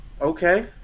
Okay